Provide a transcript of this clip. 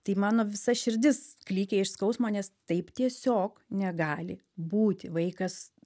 tai mano visa širdis klykė iš skausmo nes taip tiesiog negali būti vaikas